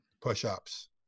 push-ups